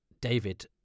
David